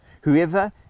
Whoever